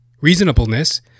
reasonableness